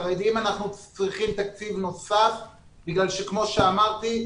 לחרדים אנחנו צריכים תקציב נוסף כי כמו שאמרתי,